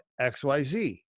XYZ